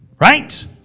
right